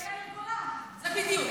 זה יאיר גולן, זה בדיוק.